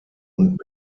und